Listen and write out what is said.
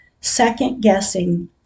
second-guessing